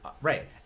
Right